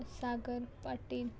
Sagar Patil